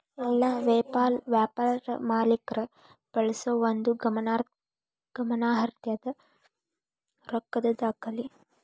ಎಲ್ಲಾ ವ್ಯಾಪಾರ ಮಾಲೇಕ್ರ ಬಳಸೋ ಒಂದು ಗಮನಾರ್ಹದ್ದ ರೊಕ್ಕದ್ ದಾಖಲೆ